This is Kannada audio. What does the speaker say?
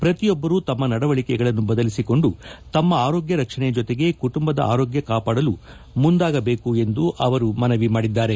ಪ್ರತಿಯೊಬ್ಬರೂ ತಮ್ಮ ನಡವಳಕೆಗಳನ್ನು ಬದಲಿಸಿಕೊಂಡು ತಮ್ಮ ಆರೋಗ್ಯ ರಕ್ಷಣೆ ಜತೆಗೆ ಕುಟುಂಬದ ಆರೋಗ್ಯ ಕಾಪಾಡಲು ಮುಂದಾಗಬೇಕು ಎಂದು ಅವರು ಮನವಿ ಮಾಡಿದ್ದಾರೆ